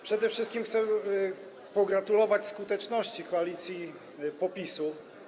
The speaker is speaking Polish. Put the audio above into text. Przede wszystkim chcę pogratulować skuteczności koalicji PO-PiS-u.